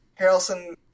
Harrelson